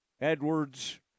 Edwards